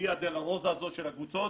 הוויה-דולורוזה הזו של הקבוצות,